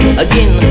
again